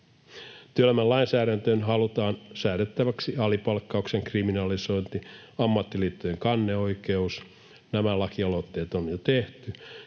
Työelämän lainsäädäntöön halutaan säädettäväksi alipalkkauksen kriminalisointi ja ammattiliittojen kanneoikeus. Nämä lakialoitteet on jo tehty,